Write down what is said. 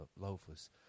loafers